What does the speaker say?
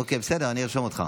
אוקיי, בסדר, אני ארשום אותך.